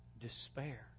despair